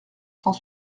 cent